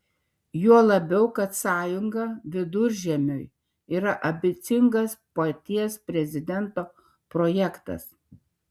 juo labiau kad sąjunga viduržemiui yra ambicingas paties prezidento projektas